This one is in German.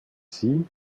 sie